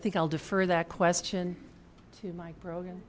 think i'll defer that question to my program